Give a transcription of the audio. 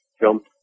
jump